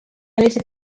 أليس